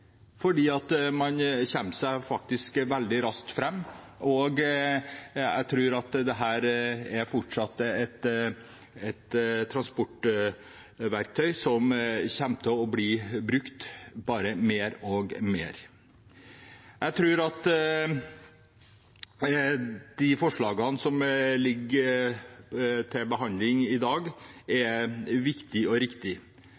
fordi man faktisk kommer seg veldig raskt fram. Jeg tror at dette er et transportmiddel som bare kommer til å bli brukt mer og mer. Jeg tror at de forslagene som ligger til behandling i dag,